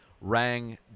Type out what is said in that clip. rang